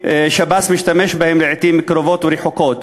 שהשב"ס משתמש בהם לעתים קרובות ורחוקות,